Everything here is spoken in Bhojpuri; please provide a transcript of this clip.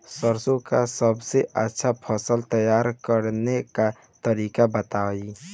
सरसों का सबसे अच्छा फसल तैयार करने का तरीका बताई